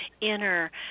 inner